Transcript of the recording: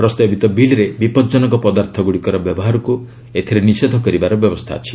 ପ୍ରସ୍ତାବିତ ବିଲ୍ରେ ବିପଜନକ ପଦାର୍ଥଗୁଡ଼ିକର ବ୍ୟବହାରକୁ ଏଥିରେ ନିଷେଧ କରିବାର ବ୍ୟବସ୍ଥା ଅଛି